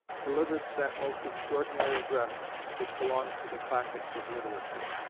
delivered that most extraordinary address which belongs to the classics of literature.